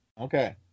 Okay